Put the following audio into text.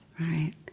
right